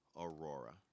Aurora